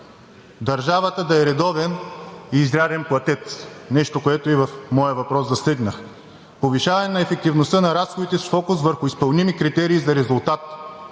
държавата да е редовен и изряден платец нещо, което засегнах и в моя въпрос. Повишаване на ефективността на разходите с фокус върху изпълними критерии за резултат,